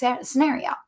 scenario